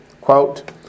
quote